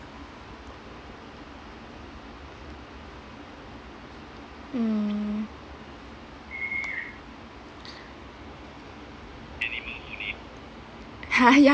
mm ha ya